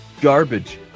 Garbage